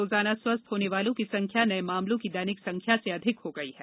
रोजाना स्वस्थ होने वालों की संख्या नये मामलों की दैनिक संख्या से अधिक हो गई है